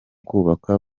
kubaka